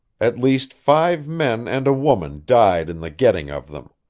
at least five men and a woman died in the getting of them.